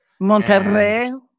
Monterrey